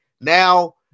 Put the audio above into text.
Now